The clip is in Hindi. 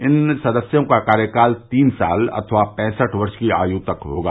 इन सदस्यों का कार्यकाल तीन साल अथवा पैसठ वर्ष की आयु तक होगा